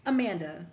Amanda